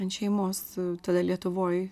ant šeimos tada lietuvoj